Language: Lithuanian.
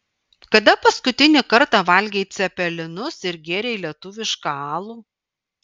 kada paskutinį kartą valgei cepelinus ir gėrei lietuvišką alų